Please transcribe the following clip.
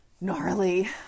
gnarly